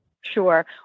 Sure